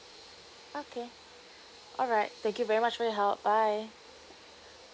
okay alright thank you very much for your help bye